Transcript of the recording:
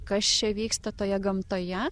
kas čia vyksta toje gamtoje